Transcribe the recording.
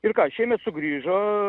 ir ką šiemet sugrįžo